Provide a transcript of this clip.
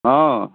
हँ